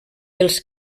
els